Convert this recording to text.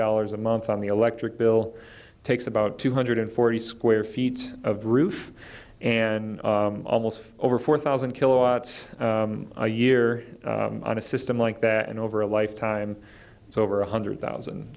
dollars a month on the electric bill takes about two hundred forty square feet of roof and almost over four thousand kilowatts a year on a system like that and over a lifetime so over one hundred thousand